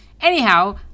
Anyhow